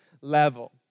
level